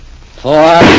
four